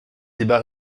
débats